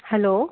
hello